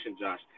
Josh